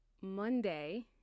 Monday